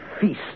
feast